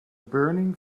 burning